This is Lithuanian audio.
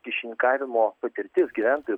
kyšininkavimo patirtis gyventojų